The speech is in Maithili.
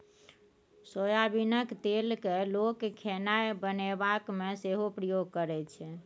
सोयाबीनक तेल केँ लोक खेनाए बनेबाक मे सेहो प्रयोग करै छै